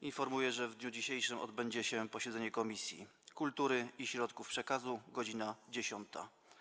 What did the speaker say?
Informuję, że w dniu dzisiejszym odbędzie się posiedzenie Komisji Kultury i Środków Przekazu - godz. 10.